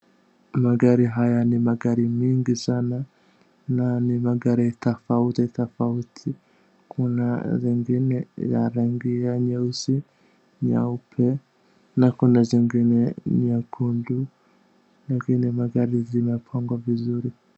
Magari haya ni magari mingi sana na ni magari tofauti tofauti. Kuna zingine za rangi ya nyeusi, nyeupe na kuna zingine nyekundu na zile magari zimepangwa vizuri.